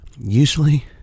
usually